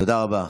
תודה רבה.